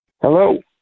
Hello